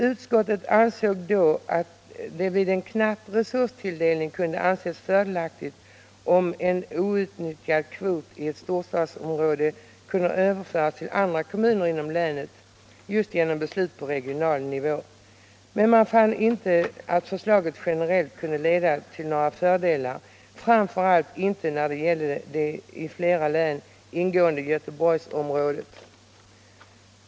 Utskottet uttalade då att det vid en knapp resurstilldelning kunde anses fördelaktigt om en outnyttjad kvot i ett storstadsområde kunde överföras till andra kommuner inom länet just genom beslut på regional nivå, men man fann inte att förslaget generellt kunde leda till några fördelar, framför allt inte när det gällde det i flera län ingående Göteborgsområdet.